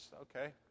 Okay